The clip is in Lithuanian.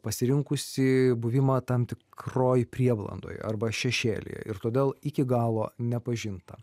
pasirinkusį buvimą tam tikroj prieblandoj arba šešėlyje ir todėl iki galo nepažintą